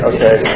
Okay